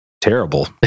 Terrible